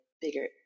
bigger